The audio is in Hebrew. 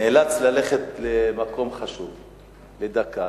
נאלץ ללכת למקום חשוב לדקה,